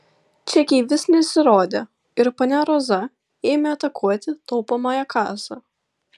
čekiai vis nesirodė ir ponia roza ėmė atakuoti taupomąją kasą